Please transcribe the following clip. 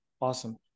Awesome